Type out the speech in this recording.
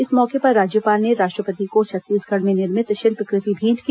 इस मौके पर राज्यपाल ने राष्ट्रपति को छत्तीसगढ़ में निर्मित शिल्पकृति भेंट की